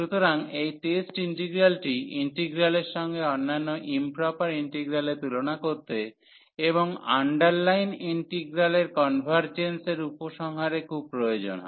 সুতরাং এই টেস্ট ইন্টিগ্রালটি ইন্টিগ্রালের সঙ্গে অন্যান্য ইম্প্রপার ইন্টিগ্রালের তুলনা করতে এবং আন্ডারলাইন ইন্টিগ্রালের কনভারর্জেন্সের উপসংহারে খুব প্রয়োজন হয়